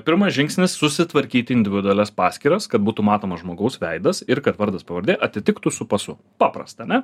pirmas žingsnis susitvarkyti individualias paskyras kad būtų matomas žmogaus veidas ir kad vardas pavardė atitiktų su pasu paprasta ane